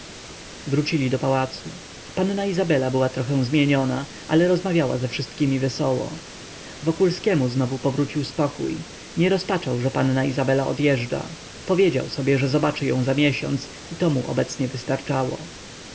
wrócili do pałacu panna izabela była trochę zmieniona ale rozmawiała ze wszystkimi wesoło wokulskiemu znowu powrócił spokój nie rozpaczał że panna izabela odjeżdża powiedział sobie że zobaczy ją za miesiąc i to mu obecnie wystarczało